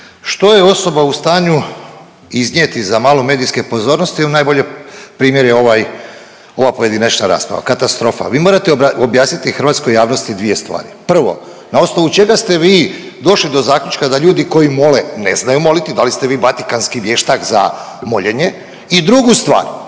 Što je osoba u stanju iznijeti za malo medijske pozornosti najbolji primjer je ovaj, ova pojedinačna rasprava, katastrofa. Vi morate objasniti hrvatskoj javnosti dvije stvari, prvo, na osnovu čega ste vi došli do zaključka da ljudi koji mole ne znaju moliti, da li ste vi vatikanski vještak za moljenje i drugu stvar,